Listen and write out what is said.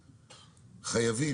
חייבים,